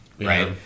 right